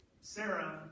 Sarah